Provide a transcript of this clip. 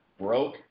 broke